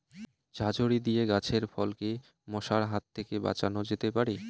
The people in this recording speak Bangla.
ঝাঁঝরি দিয়ে গাছের ফলকে মশার হাত থেকে বাঁচানো যেতে পারে?